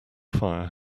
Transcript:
fire